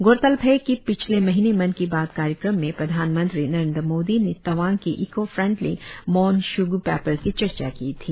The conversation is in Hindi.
गौरतलब है कि पिछले महीने मन की बात कार्यक्रम में प्रधाणमंत्री नरेंद्र मोदी ने तवांग के eco friendly Mon Shugu paper की चर्चा की थी